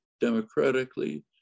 democratically